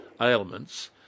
ailments